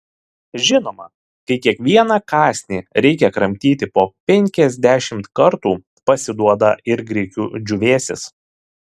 žinoma kai kiekvieną kąsnį reikia kramtyti po penkiasdešimt kartų pasiduoda ir grikių džiūvėsis